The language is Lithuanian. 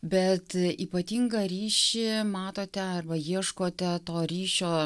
bet ypatingą ryšį matote arba ieškote to ryšio